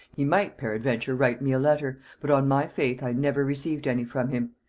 he might peradventure write me a letter but on my faith i never received any from him.